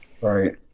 Right